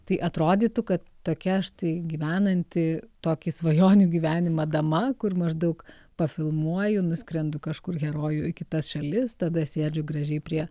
tai atrodytų kad tokia štai gyvenanti tokį svajonių gyvenimą dama kur maždaug pafilmuoju nuskrendu kažkur herojų į kitas šalis tada sėdžiu gražiai prie